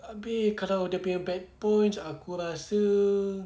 abeh kalau dia punya bad points aku rasa